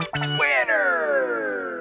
Winner